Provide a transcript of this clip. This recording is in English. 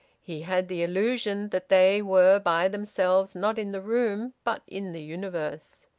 he had the illusion that they were by themselves not in the room but in the universe.